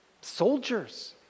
soldiers